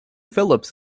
phillips